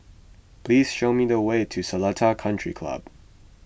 please show me the way to Seletar Country Club